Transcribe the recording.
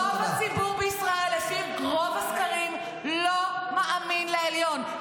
רוב הציבור בישראל לפי רוב הסקרים לא מאמין לעליון.